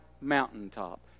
mountaintop